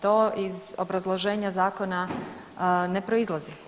To iz obrazloženja zakona ne proizlazi.